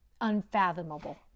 unfathomable